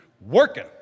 Working